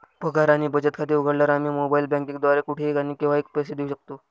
पगार आणि बचत खाते उघडल्यावर, आम्ही मोबाइल बँकिंग द्वारे कुठेही आणि केव्हाही पैसे देऊ शकतो